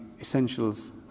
Essentials